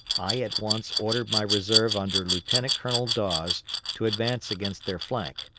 i at once ordered my reserve under lieutenant-colonel dawes to advance against their flank.